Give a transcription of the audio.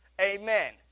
Amen